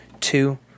two